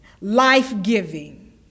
life-giving